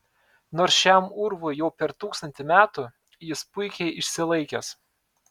nors šiam urvui jau per tūkstantį metų jis puikiai išsilaikęs